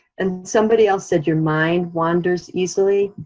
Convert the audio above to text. and somebody else said your mind wanders easily.